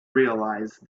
realise